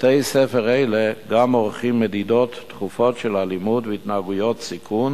בתי-ספר אלה גם עורכים מדידות תכופות של אלימות והתנהגויות סיכון